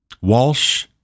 Walsh